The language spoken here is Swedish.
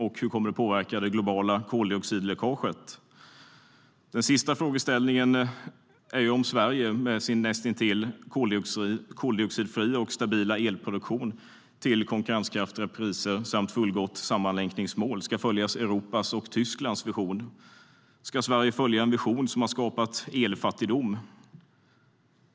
Och hur kommer det att påverka det globala koldioxidläckaget? Den sista frågeställningen är om Sverige med sin näst intill koldioxidfria och stabila elproduktion till konkurrenskraftiga priser samt fullgott sammanlänkningsmål ska följa Europas och Tysklands vision. Ska Sverige följa en vision som har skapat elfattigdom?